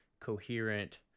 coherent